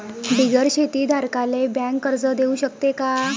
बिगर शेती धारकाले बँक कर्ज देऊ शकते का?